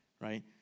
right